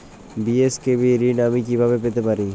BSKB ঋণ আমি কিভাবে পেতে পারি?